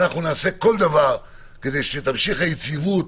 כדי שתמשיך היציבות,